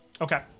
Okay